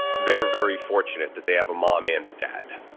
they're very fortunate that they have a mom and a dad.